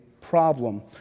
problem